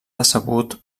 decebut